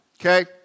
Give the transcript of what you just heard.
okay